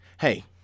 Hey